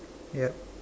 yup